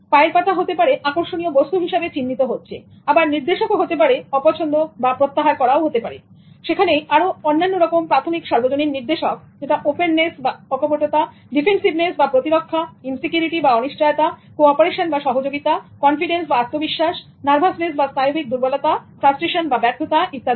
পায়ের পাতা হতে পারে আকর্ষণীয় বস্তু হিসেবে চিহ্নিত হচ্ছে আবার নির্দেশক হতে পারে অপছন্দ বা প্রত্যাহার করাও এবং সেখানেই আরো অন্যান্য রকম প্রাথমিক সর্বজনীন নির্দেশক ওপেননেসবা অকপটতা ডিফেন্সিভনেসবা প্রতিরক্ষা ইনসিকিউরিটি বা অনিশ্চয়তা কো অপারেশন বা সহযোগিতা কনফিডেন্সবা আত্মবিশ্বাস নার্ভাসনেস বা স্নায়ুবিক দুর্বলতা ফাস্ট্রেশন বা ব্যর্থতা ইত্যাদি